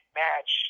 match